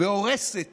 והורסת